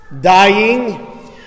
dying